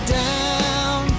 down